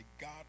God